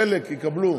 חלק יקבלו